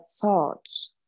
thoughts